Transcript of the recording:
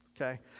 Okay